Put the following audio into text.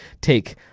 take